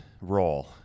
role